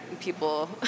people